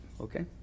okay